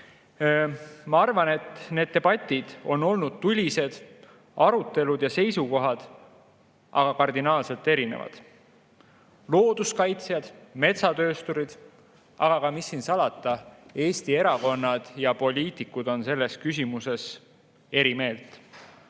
Ma arvan, et need debatid on olnud tulised, arutelud ja seisukohad aga kardinaalselt erinevad. Looduskaitsjad ja metsatöösturid, aga mis siin salata, ka Eesti erakonnad ja poliitikud on selles küsimuses eri meelt.